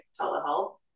Telehealth